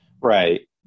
right